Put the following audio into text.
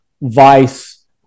vice